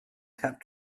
kept